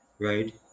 right